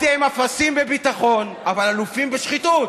אתם אפסים בביטחון, אבל אלופים בשחיתות.